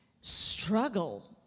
struggle